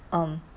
um